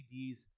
cds